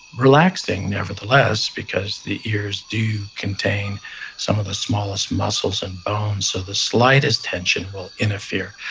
relaxing, nevertheless, because the ears do contain some of the smallest muscles and bones so the slightest tension will interfere.